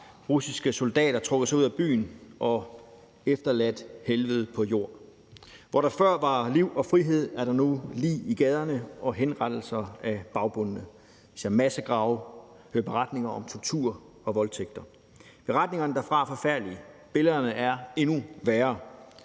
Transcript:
russiske soldater trukket sig ud af byen og efterladt helvede på jord. Hvor der før var liv og frihed, er der nu lig i gaderne og henrettelser af bagbundne. Vi ser massegrave, hører beretninger om tortur og voldtægter. Beretningerne derfra er forfærdelige, billederne er endnu værre.